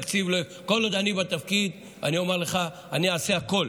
כל עוד אני בתפקיד, אני אומר לך שאני אעשה הכול